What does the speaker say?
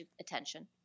attention